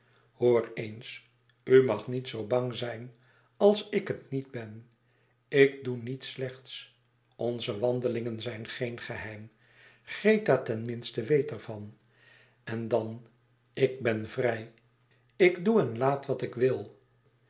hoor eens u mag niet zoo bang zijn als ik het niet ben ik doe niets slechts onze wandelingen zijn geen geheim greta ten minste weet er van en dan ik ben vrij ik doe en laat wat ik wil